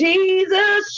Jesus